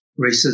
racism